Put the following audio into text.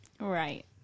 Right